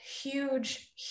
huge